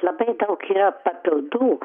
labai daug papildų